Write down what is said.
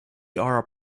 are